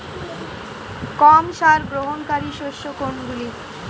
কম সার গ্রহণকারী শস্য কোনগুলি?